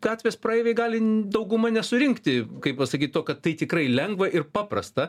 gatvės praeiviai gali dauguma nesurinkti kaip pasakyt to kad tai tikrai lengva ir paprasta